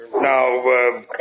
Now